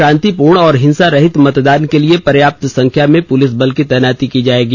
शांतिपूर्ण और हिंसा रहित मतदान के लिए पर्याप्त संख्या में पुलिस बल की तैनाती की जाएगी